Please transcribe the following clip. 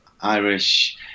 Irish